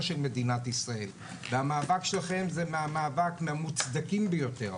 של מדינת ישראל והמאבק שלכם הוא מאבק מהמוצדקים ביותר.